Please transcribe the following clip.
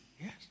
Yes